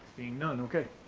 being none, okay.